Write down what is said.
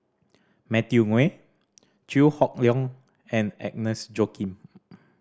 Matthew Ngui Chew Hock Leong and Agnes Joaquim